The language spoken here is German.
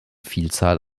vielzahl